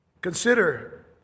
Consider